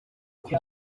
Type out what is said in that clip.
kujya